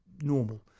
normal